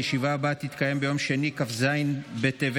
הישיבה הבאה תתקיים ביום שני כ"ז בטבת,